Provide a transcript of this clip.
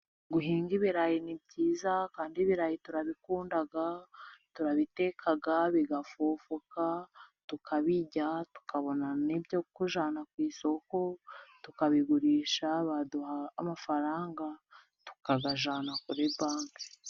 Guhinga ibirayi ni byiza, kandi ibirayi turabikunda. Turabiteka bigafufuka tukabirya tukabona n'ibyo kujyana ku isoko tukabigurisha, baduha amafaranga tukayajyana kuri banki.